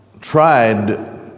tried